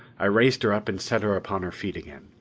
i raised her up and set her upon her feet again.